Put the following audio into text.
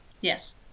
yes